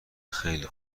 خیلی